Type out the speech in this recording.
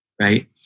right